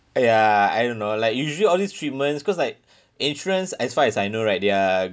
ya I don't know like usually all these treatments cause like insurance as far as I know right they're